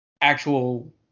actual